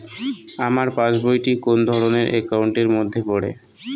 আমার পাশ বই টি কোন ধরণের একাউন্ট এর মধ্যে পড়ে?